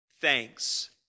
Thanks